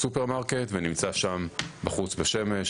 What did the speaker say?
לסופרמרקט ונמצא שם בחוץ, בשמש.